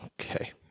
Okay